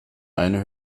eine